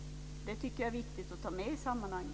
Det tycker jag är viktigt att ta med i sammanhanget.